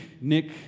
Nick